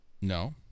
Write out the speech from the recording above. No